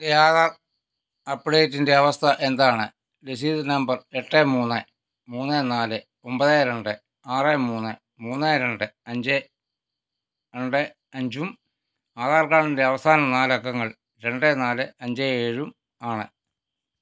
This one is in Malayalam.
എൻ്റെ ആധാർ അപ്ഡേറ്റിൻ്റെ അവസ്ഥ എന്താണ് രസീത് നമ്പർ എട്ട് മൂന്ന് മൂന്ന് നാല് ഒമ്പത് രണ്ട് ആറ് മൂന്ന് മൂന്ന് രണ്ട് അഞ്ച് രണ്ട് അഞ്ചും ആധാർ കാർഡിൻ്റെ അവസാന നാല് അക്കങ്ങൾ രണ്ട് നാല് അഞ്ച് ഏഴും ആണ്